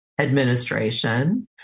administration